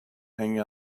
hanging